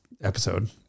episode